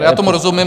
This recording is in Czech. Já tomu rozumím.